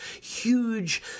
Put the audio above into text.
huge